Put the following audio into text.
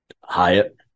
Hyatt